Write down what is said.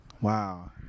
Wow